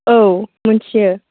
औ मिन्थियो